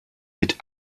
mit